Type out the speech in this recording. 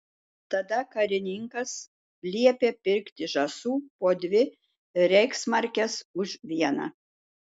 tada karininkas liepė pirkti žąsų po dvi reichsmarkes už vieną